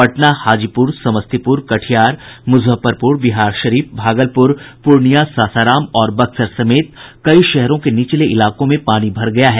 पटना हाजीपुर समस्तीपुर कटिहार मुजफ्फरपुर बिहारशरीफ भागलपुर पूर्णियां सासाराम और बक्सर समेत कई शहरों के निचले इलाकों में पानी भर गया है